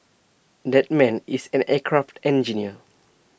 that man is an aircraft engineer